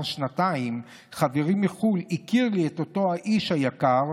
שנתיים חברי מחו"ל הכיר לי את אותו האיש היקר,